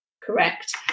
correct